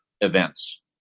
events